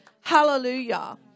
Hallelujah